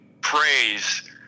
praise